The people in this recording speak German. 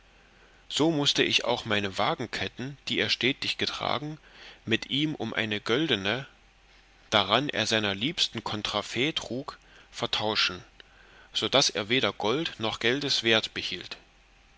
so mußte ich auch meine wagenketten die er stetig getragen mit ihm um eine göldene daran er seiner liebsten contrafait trug vertauschen also daß er weder geld noch geldes wert behielt